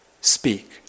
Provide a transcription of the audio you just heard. Speak